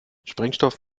sprengstoff